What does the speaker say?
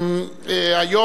ה רואה?